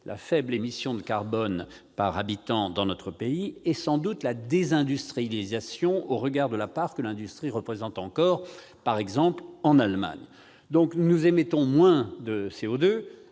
la faible émission de carbone par habitant dans notre pays tient sans doute à la désindustrialisation, à comparer à la part que l'industrie représente encore, par exemple, en Allemagne. Nous émettons moins de CO2,